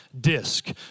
disc